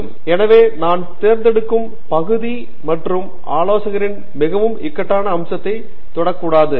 பேராசிரியர் ஆண்ட்ரூ தங்கராஜ் எனவே நான் தேர்ந்தெடுக்கும் பகுதி மற்றும் ஆலோசகரின் மிகவும் இக்கட்டான அம்சத்தைத் தொடக்கூடாது